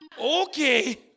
Okay